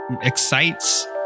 excites